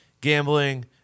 gambling